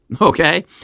Okay